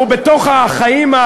הוא בתוך החיים,